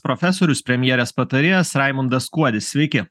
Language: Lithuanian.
profesorius premjerės patarėjas raimundas kuodis sveiki